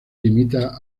limita